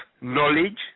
knowledge